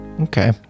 Okay